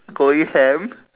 going ham